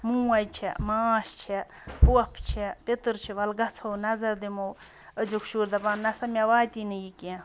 موج چھےٚ ماس چھےٚ پۄپھ چھےٚ پیٚتٕر چھِ وَلہٕ گَژھو نَظر دِمو أزیُک شُر دَپان نَہ سا مےٚ واتی نہٕ یہِ کیٚنٛہہ